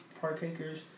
partakers